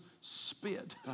spit